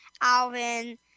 Alvin